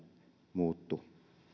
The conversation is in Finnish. muuttuu